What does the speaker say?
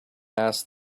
asked